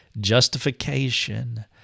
justification